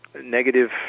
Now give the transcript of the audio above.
negative